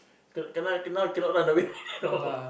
cannot cannot cannot run away no